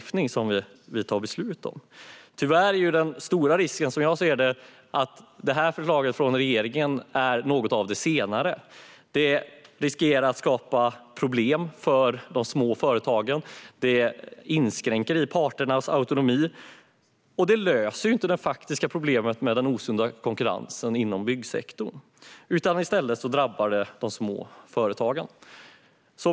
Tyvärr är det stor risk, som jag ser det, att det här förslaget från regeringen innebär något av de senare alternativen. Det riskerar att skapa problem för de små företagen, det inskränker parternas autonomi och det löser inte det faktiska problemet med den osunda konkurrensen inom byggsektorn. I stället drabbar det de små företagen.